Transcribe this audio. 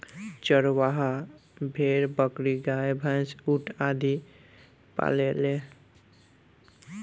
चरवाह भेड़, बकरी, गाय, भैन्स, ऊंट आदि पालेले